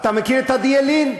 אתה מכיר את עדי ילין?